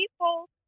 people